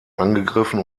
angegriffen